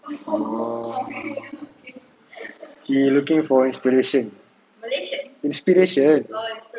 oh he looking for inspiration inspiration